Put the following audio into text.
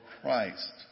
Christ